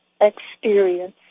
experience